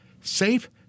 Safe